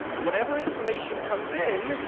whatever information comes in,